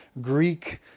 Greek